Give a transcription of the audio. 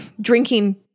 drinking